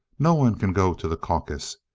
no one can go to the caucasus.